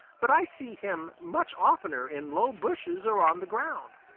but i see him much oftener in low bushes or on the ground.